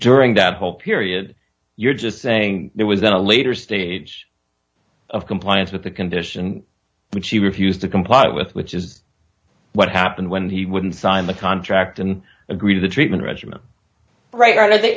during that whole period you're just saying it was in a later stage of compliance with the condition which he refused to comply with which is what happened when he wouldn't sign the contract and agree to the treatment regimen right i th